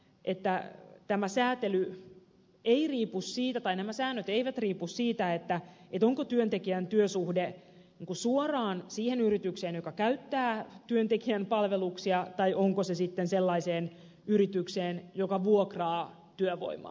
etäännyttämä säätely ei riipu että nämä säännöt eivät riipu siitä onko työntekijän työsuhde suoraan siihen yritykseen joka käyttää työntekijän palveluksia vai onko se sellaiseen yritykseen joka vuokraa työvoimaa